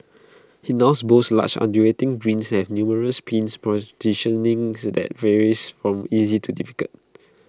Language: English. IT now boasts large undulating greens that numerous pin positions names that vary from easy to difficult